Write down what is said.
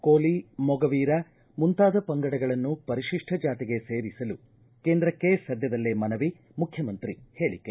ಕೋಲಿ ಮೊಗವೀರ ಮುಂತಾದ ಪಂಗಡಗಳನ್ನು ಪರಿಶಿಷ್ಟ ಜಾತಿಗೆ ಸೇರಿಸಲು ಕೇಂದ್ರಕ್ಕೆ ಸದ್ದದಲ್ಲೇ ಮನವಿ ಮುಖ್ಚಮಂತ್ರಿ ಹೇಳಕೆ